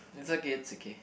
it's okay it's okay